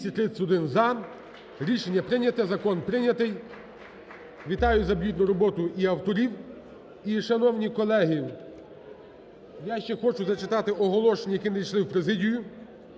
Вітаю за плідну роботу і авторів. І, шановні колеги, я ще хочу зачитати оголошення, які надійшли в президію,